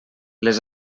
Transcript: les